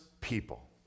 people